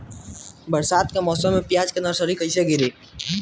बरसात के मौसम में प्याज के नर्सरी कैसे गिरी?